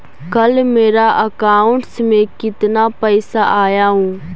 कल मेरा अकाउंटस में कितना पैसा आया ऊ?